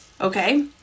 Okay